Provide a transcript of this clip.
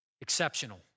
exceptional